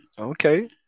Okay